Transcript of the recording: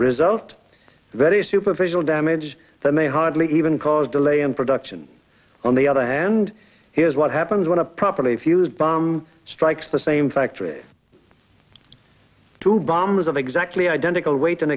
result very superficial damage that may hardly even cause delay in production on the other hand here's what happens when a properly fused bomb strikes the same factory two bombs of exactly identical weight and